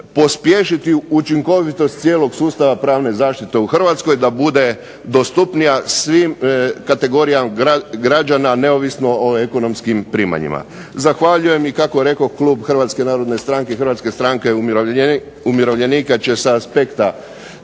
pospješiti učinkovitosti cijelog sustava pravne zaštite u Hrvatskoj da bude dostupnija svim kategorijama građana neovisno o ekonomskim primanjima. Zahvaljujem. I kako je rekao Klub Hrvatske narodne stranke i Hrvatske stranke umirovljenika će sa aspekta